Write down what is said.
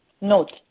Note